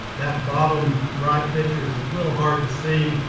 that bottom right picture is a little hard to see.